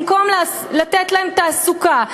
במקום לתת להם תעסוקה,